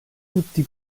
tutti